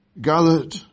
gathered